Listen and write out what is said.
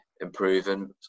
improving